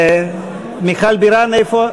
מיכל בירן איפה?